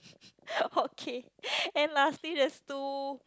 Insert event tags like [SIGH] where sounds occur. [LAUGHS] okay and lastly there's two